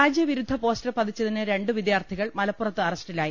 രാജ്യവിരുദ്ധ poster പതിച്ചതിന് രണ്ടു വിദ്യാർഥികൾ മലപ്പുറത്ത് അ റസ്റ്റിലായി